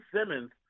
Simmons